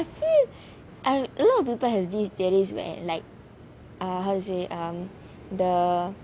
I think I a lot of people have these theories where like err how to say um the